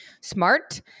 Smart